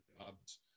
jobs